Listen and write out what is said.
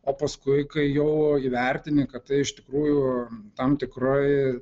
o paskui kai jau įvertini kad tai iš tikrųjų tam tikrai